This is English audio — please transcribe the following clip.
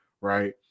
right